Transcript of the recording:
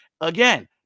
again